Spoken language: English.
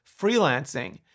freelancing